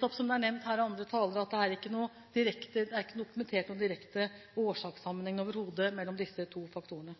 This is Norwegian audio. Som det er nevnt her av andre talere, er det ikke dokumentert noen direkte årsakssammenheng overhodet mellom disse to faktorene.